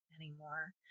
anymore